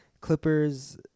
Clippers